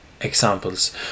examples